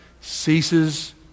ceases